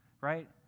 right